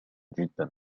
جدا